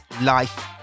life